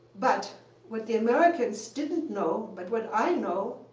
but what the americans didn't know, but what i know,